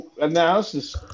analysis